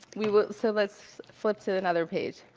we will so let's flip to another page.